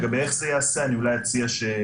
לגבי איך זה יעשה אני אציע שההסדר